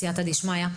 בסייעתא דשמיא,